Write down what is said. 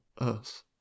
earth